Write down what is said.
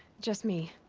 just me.